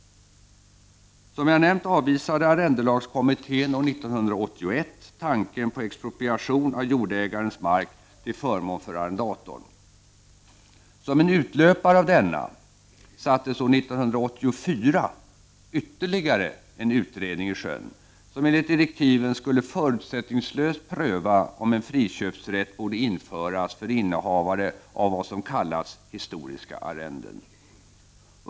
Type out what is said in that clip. Som jag nämnt avvisade arrendelagskommittén år 1981 tanken på expropriation av jordägarens mark till förmån för arrendatorn. Som en utlöpare av denna sattes år 1984 ytterligare en utredning i sjön, som enligt direktiven förutsättningslöst skulle pröva om en friköpsrätt borde införas för innehavare av vad som kallats historiska arrenden.